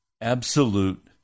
absolute